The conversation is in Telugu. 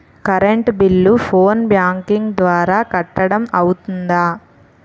కరెంట్ బిల్లు ఫోన్ బ్యాంకింగ్ ద్వారా కట్టడం అవ్తుందా?